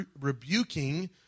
rebuking